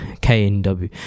k-n-w